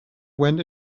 went